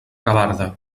gavarda